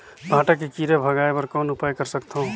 भांटा के कीरा भगाय बर कौन उपाय कर सकथव?